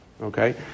Okay